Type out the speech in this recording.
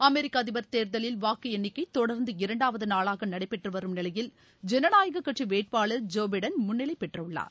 அமெரிக்கஅதிபர் தேர்தலில் வாக்குஎண்ணிக்கைதொடர்ந்து இரண்டாவதுநாளாகநடைபெற்றுவரும் நிலையில் ஜனநாயககட்சிவேட்பாளர் ஜோபைடன் முன்னிலைடெற்றுள்ளார்